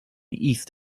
east